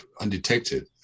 undetected